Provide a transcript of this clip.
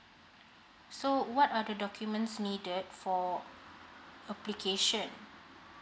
so what are the documents needed for application